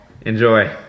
enjoy